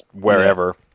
wherever